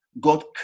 God